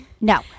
No